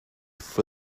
for